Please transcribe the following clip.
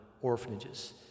orphanages